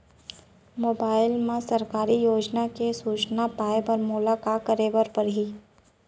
mobile मा सरकारी योजना के सूचना पाए बर मोला का करे बर लागही